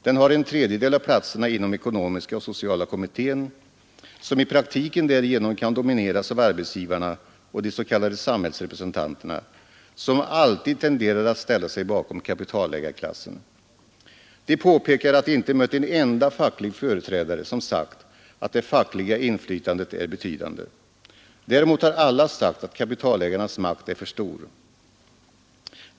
Den har en tredjedel av platserna inom den ekonomiska och sociala kommittén, som i praktiken därigenom kan domineras av arbetsgivarna och de s.k. samhällsrepresentanterna, som alltid tenderar att ställa sig bakom kapitalägarklassen. De påpekar att de inte mött en enda facklig företrädare som sagt att det fackliga inflytandet är betydande. Däremot har alla sagt att kapitalägarnas makt är för stor.